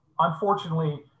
Unfortunately